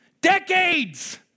decades